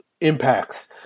impacts